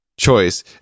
Choice